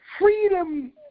Freedom